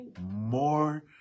more